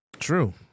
True